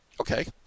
okay